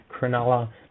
Cronulla